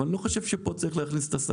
אבל אני לא חושב שצריך להכניס פה את השר.